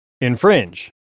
Infringe